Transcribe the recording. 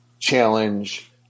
challenge